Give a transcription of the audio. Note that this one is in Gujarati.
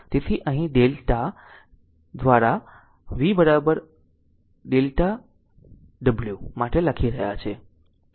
તેથી અહીં ડેલ્ટા eq દ્વારા v in delta w માટે લખી રહ્યા છીએ